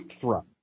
throw